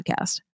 podcast